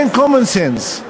אין common sense.